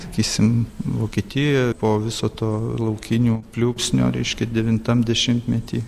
sakysim vokietijoje po viso to laukinio pliūpsnio reiškia devintam dešimtmety